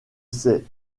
ces